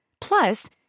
Plus